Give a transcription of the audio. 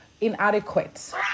inadequate